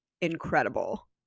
incredible